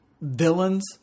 villains